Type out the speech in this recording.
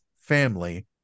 family